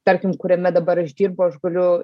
tarkim kuriame dabar aš dirbu aš galiu